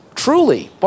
Truly